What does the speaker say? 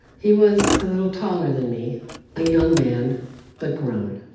he was a little taller than me a young man but grown,